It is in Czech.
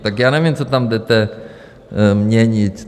Tak já nevím, co tam jdete teď měnit.